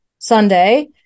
Sunday